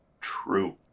True